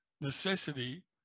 necessity